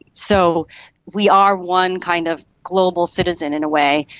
so we are one kind of global citizen, in a way,